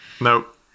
Nope